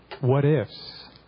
what-ifs